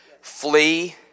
Flee